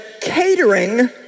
catering